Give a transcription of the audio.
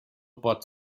pot